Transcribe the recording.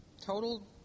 total